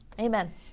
Amen